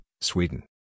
Sweden